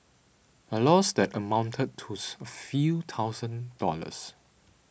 a loss that amounted to a few thousand dollars